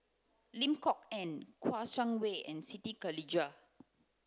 Lim Kok Ann Kouo Shang Wei and Siti Khalijah